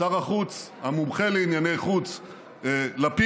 שר החוץ המומחה לענייני חוץ לפיד,